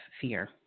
fear